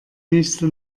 nächste